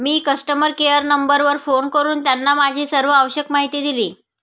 मी customer care नंबरवर phone करून त्यांना माझी सर्व आवश्यक माहिती दिली